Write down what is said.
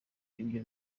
ibyo